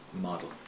model